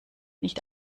nicht